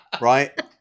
right